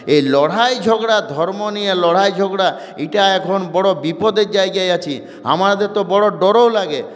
এ লড়াই ঝগড়া ধর্ম নিয়ে লড়াই ঝগড়া এটা এখন বড় বিপদের জায়গায় আছি আমাদের তো বড় ডরও লাগে